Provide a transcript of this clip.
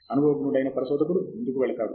అనుభవజ్ఞుడైన పరిశోధకుడు ముందుకు వెళతాడు